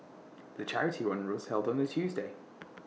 the charity run was held on A Tuesday